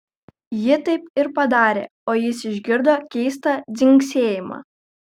ji taip ir padarė o jis išgirdo keistą dzingsėjimą